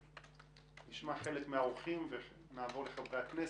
נשמע חלק מהאורחים ונעבור לחברי הכנסת.